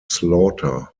slaughter